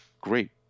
great